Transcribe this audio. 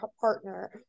partner